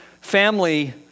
family